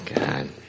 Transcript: god